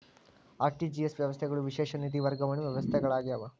RTGS ವ್ಯವಸ್ಥೆಗಳು ವಿಶೇಷ ನಿಧಿ ವರ್ಗಾವಣೆ ವ್ಯವಸ್ಥೆಗಳಾಗ್ಯಾವ